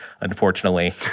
unfortunately